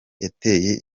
yateye